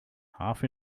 half